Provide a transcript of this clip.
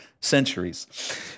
centuries